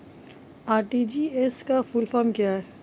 RTGS का full form क्या है?